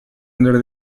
under